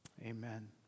amen